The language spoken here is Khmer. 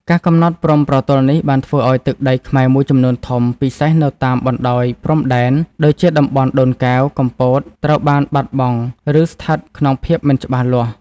ការកំណត់ព្រំប្រទល់នេះបានធ្វើឱ្យទឹកដីខ្មែរមួយចំនួនធំ ពិសេសនៅតាមបណ្តោយព្រំដែន ដូចជាតំបន់ដូនកែវ កំពត ត្រូវបានបាត់បង់ ឬស្ថិតក្នុងភាពមិនច្បាស់លាស់។